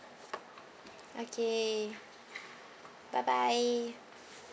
okay bye bye